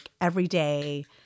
everyday